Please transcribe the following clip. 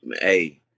hey